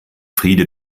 friede